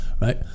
right